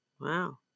Wow